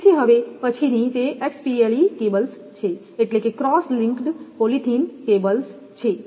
તેથી હવે પછીની તે XLPE કેબલ્સ છે એટલે કે ક્રોસ લિંક્ડ પોલિથીન કેબલ્સ છે